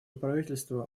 правительство